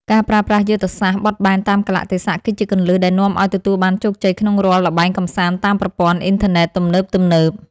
ការប្រើប្រាស់យុទ្ធសាស្ត្របត់បែនតាមកាលៈទេសៈគឺជាគន្លឹះដែលនាំឱ្យទទួលបានជោគជ័យក្នុងរាល់ល្បែងកម្សាន្តតាមប្រព័ន្ធអ៊ីនធឺណិតទំនើបៗ។